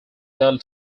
daily